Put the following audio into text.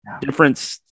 difference